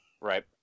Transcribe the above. Right